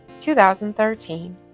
2013